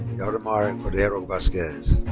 yairimar cordero vazquez.